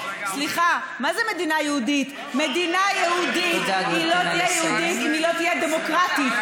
האם מדינה יהודית יכולה לייהד את הגליל?